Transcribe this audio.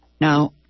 Now